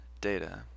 Data